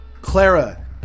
Clara